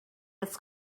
its